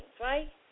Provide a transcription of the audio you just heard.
right